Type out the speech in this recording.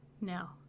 No